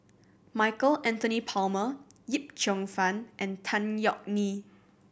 Michael Anthony Palmer Yip Cheong Fun and Tan Yeok Nee